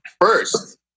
first